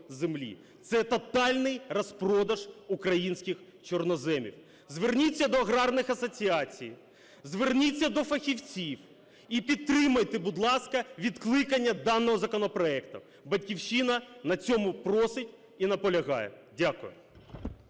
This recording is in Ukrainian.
це тотальний розпродаж українських чорноземів. Зверніться до аграрних асоціацій, зверніться до фахівців і підтримайте, будь ласка, відкликання даного законопроекту. "Батьківщина" на цьому просить і наполягає. Дякую.